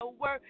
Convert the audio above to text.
work